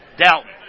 Dalton